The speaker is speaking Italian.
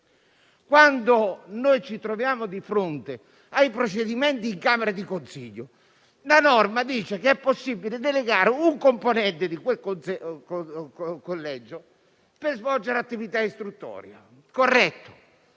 Quando ci troviamo di fronte ai procedimenti in camera di consiglio, la norma dice che è possibile delegare un componente di quel collegio per svolgere attività istruttoria. Ho dovuto